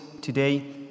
today